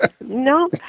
No